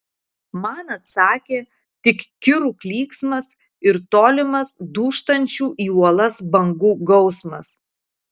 man atsakė tik kirų klyksmas ir tolimas dūžtančių į uolas bangų gausmas